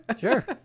Sure